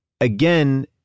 again